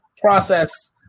process